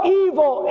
evil